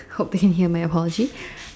hope you can hear my apology